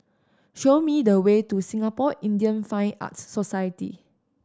show me the way to Singapore Indian Fine Arts Society